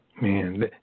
Man